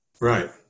Right